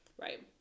Right